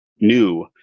new